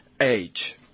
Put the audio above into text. age